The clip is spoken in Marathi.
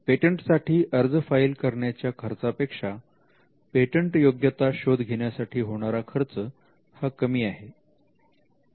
पेटंटसाठी अर्ज फाईल करण्याच्या खर्चापेक्षा पेटंटयोग्यता शोध घेण्यासाठी होणारा खर्च हा कमी आहे